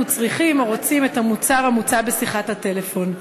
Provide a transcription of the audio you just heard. צריכים או רוצים את המוצר המוצע בשיחת הטלפון.